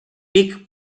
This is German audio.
big